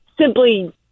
simply